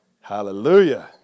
Hallelujah